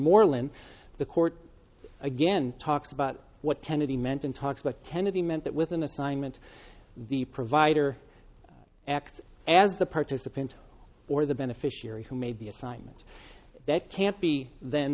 moreland the court again talked about what kennedy meant and talks about ten of the meant that with an assignment the provider act as the participant or the beneficiary who made the assignment that can't be th